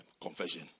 confession